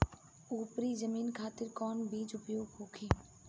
उपरी जमीन खातिर कौन बीज उपयोग होखे?